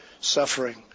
suffering